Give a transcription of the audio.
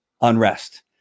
unrest